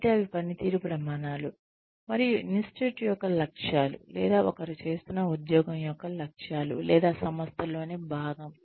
కాబట్టి అవి పనితీరు ప్రమాణాలు మరియు ఇన్స్టిట్యూట్ యొక్క లక్ష్యాలు లేదా ఒకరు చేస్తున్న ఉద్యోగం యొక్క లక్ష్యాలు లేదా సంస్థ లోనీ భాగం